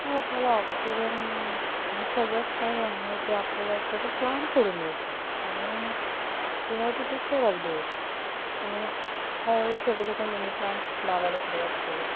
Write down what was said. आपला ऑक्सिजन आणि सगळंच काही आहे ते आपल्याला सगळं प्लांटकडून मिळतं आणि we have to take care of those so मी हळूहळू छोटे छोटे मिनी प्लांट्स लावायला सुरुवात केली